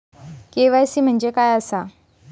KYC म्हणजे काय आसा?